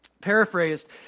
paraphrased